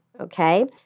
Okay